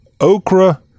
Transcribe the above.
okra